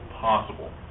possible